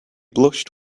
blushed